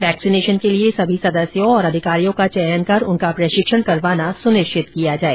vaccination के लिए सभी सदस्यों और अधिकारियों का चयन कर उनका प्रशिक्षण करवाना सुनिश्चित किया जाए